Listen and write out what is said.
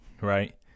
Right